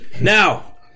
Now